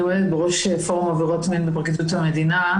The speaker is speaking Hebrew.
אני עומדת בראש פורום עבירות מין בפרקליטות המדינה.